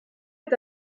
est